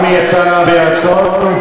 (חברת הכנסת אורית סטרוק יוצאת מאולם המליאה.) פעם היא יצאה ברצון,